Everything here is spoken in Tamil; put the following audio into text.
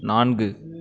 நான்கு